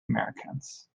americans